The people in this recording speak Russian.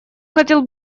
хотел